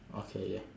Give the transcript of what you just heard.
okay